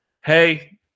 Hey